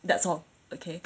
that's all okay